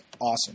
awesome